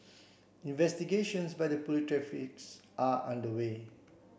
investigations by the Police are underway